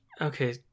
okay